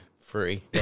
Free